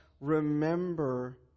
remember